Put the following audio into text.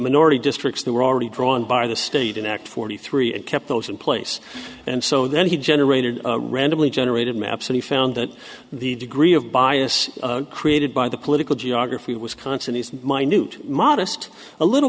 minority districts that were already drawn by the state in ak forty three and kept those in place and so then he generated randomly generated maps and he found that the degree of bias created by the political geography of wisconsin is minute modest a little